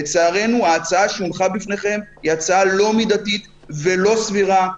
אבל לצערנו ההצעה שהונחה בפניכם היא הצעה לא מידתית ולא סבירה.